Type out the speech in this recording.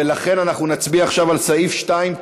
ולכן אנחנו נצביע עכשיו על סעיף 2,